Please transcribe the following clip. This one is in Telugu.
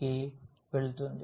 కి వెళుతుంది